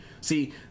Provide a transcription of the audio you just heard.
See